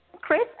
Chris